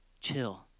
chill